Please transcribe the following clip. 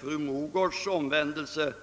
Fru Mogårds omvändelse